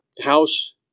House